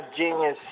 Genius